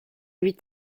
lui